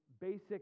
basic